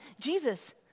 Jesus